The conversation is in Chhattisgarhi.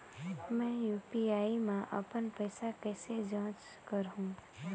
मैं यू.पी.आई मा अपन पइसा कइसे जांच करहु?